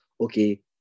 okay